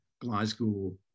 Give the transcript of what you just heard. Glasgow